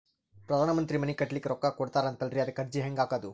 ಪ್ರಧಾನ ಮಂತ್ರಿ ಮನಿ ಕಟ್ಲಿಕ ರೊಕ್ಕ ಕೊಟತಾರಂತಲ್ರಿ, ಅದಕ ಅರ್ಜಿ ಹೆಂಗ ಹಾಕದು?